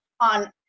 on